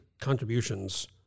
contributions